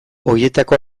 horietako